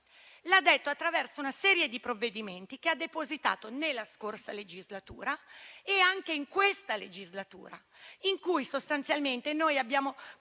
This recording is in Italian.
ma attraverso una serie di provvedimenti che ha depositato nella scorsa e anche in questa legislatura, in cui sostanzialmente abbiamo